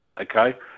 okay